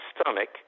stomach